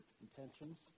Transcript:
intentions